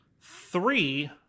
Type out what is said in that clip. Three